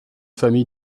famille